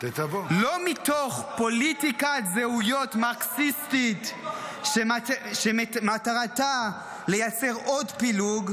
לא מתוך פוליטיקת זהויות מרקסיסטית שמטרתה לייצר עוד פילוג,